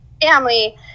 family